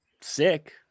sick